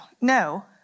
no